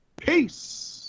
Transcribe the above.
Peace